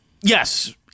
yes